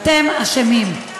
אתם אשמים.